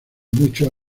muchos